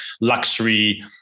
luxury